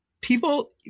people